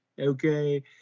Okay